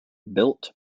built